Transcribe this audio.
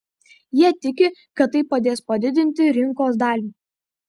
jie tiki kad tai padės padidinti rinkos dalį